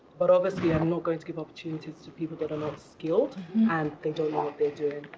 but obviously, and i'm not going to give opportunities to people that are not skilled and they don't know what they're doing.